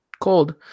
Cold